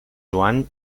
joan